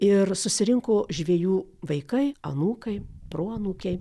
ir susirinko žvejų vaikai anūkai proanūkiai